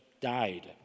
died